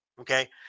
okay